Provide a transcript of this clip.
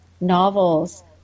novels